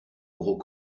gros